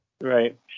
right